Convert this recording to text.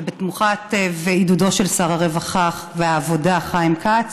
ובתמיכה ועידוד של שר הרווחה והעבודה חיים כץ,